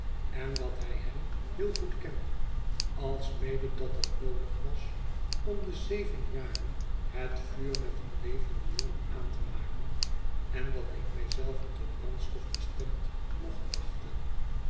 en dat hij hem heel goed kende alsmede dat het noodig was om de zeven jaren het vuur met een levenden jongen aan te maken en dat ik mij zelven tot brandstof bestemd mocht achten